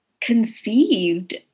conceived